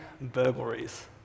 burglaries